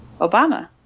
Obama